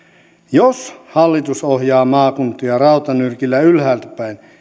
jos hallitus ohjaa maakuntia rautanyrkillä ylhäältäpäin